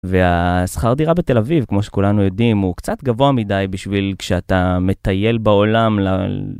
והשכר דירה בתל אביב, כמו שכולנו יודעים, הוא קצת גבוה מדי בשביל כשאתה מטייל בעולם ל...